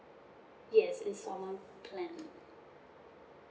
yes instalment plan